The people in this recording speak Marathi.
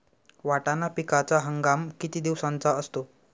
वाटाणा पिकाचा हंगाम किती दिवसांचा असतो?